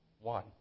One